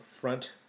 front